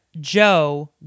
Joe